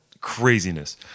craziness